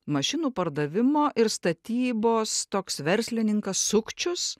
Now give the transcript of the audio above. mašinų pardavimo ir statybos toks verslininkas sukčius